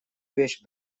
вещь